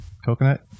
Coconut